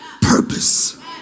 purpose